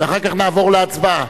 ואחר כך נעבור להצבעה.